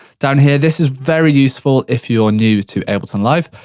down here, this is very useful, if you are new to ableton live,